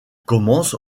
commence